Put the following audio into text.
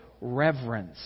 reverence